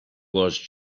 was